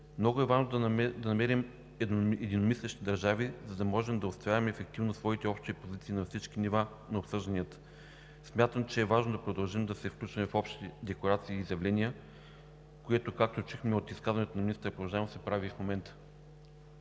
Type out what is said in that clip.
Много е важно да намерим единомислещи държави, за да можем да отстояваме ефективно своите общи позиции на всички нива на обсъжданията. Смятам, че е важно да продължим да се включваме в общите декларации и изявления, което, както чухме от изказването на министър Порожанов, се прави и в момента.